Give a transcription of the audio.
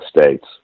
States